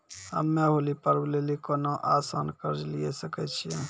हम्मय होली पर्व लेली कोनो आसान कर्ज लिये सकय छियै?